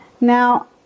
Now